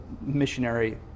missionary